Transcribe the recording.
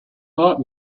not